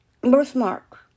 birthmark